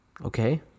Okay